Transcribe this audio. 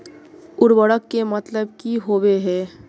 उर्वरक के मतलब की होबे है?